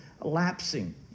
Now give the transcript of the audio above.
lapsing